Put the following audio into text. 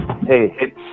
hey